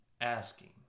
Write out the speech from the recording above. asking